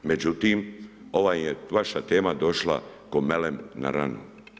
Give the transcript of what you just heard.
Međutim, ova je vaša tema došla ko melem na ranu.